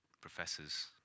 professors